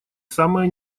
самое